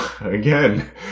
again